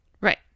Right